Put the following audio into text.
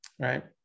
right